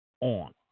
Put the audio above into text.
on